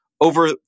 Over